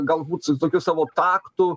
galbūt su tokiu savo taktu